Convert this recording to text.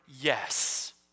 yes